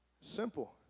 Simple